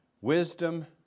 Wisdom